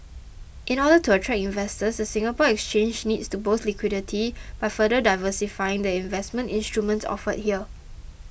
in order to attract investors the Singapore Exchange needs to boost liquidity by further diversifying the investment instruments offered here